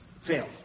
fail